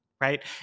right